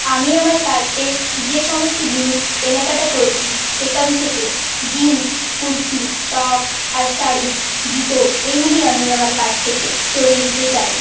আমি আমার কার্টে যে সমস্ত জিনিস কেনাকাটা করেছি সেখান থেকে জিন্স কুর্তি টপ আর শাড়ি জুতো এগুলি আমি আমার কার্ট থেকে সরিয়ে দিতে চাই